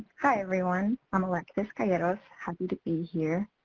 hi everyone. i'm alexis calleros. happy to be here.